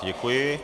Děkuji.